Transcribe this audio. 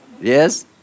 yes